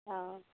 অঁ